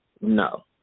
No